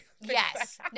Yes